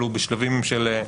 אבל הוא בשלבים של,